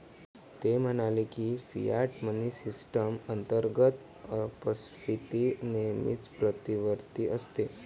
ते म्हणाले की, फियाट मनी सिस्टम अंतर्गत अपस्फीती नेहमीच प्रतिवर्ती असते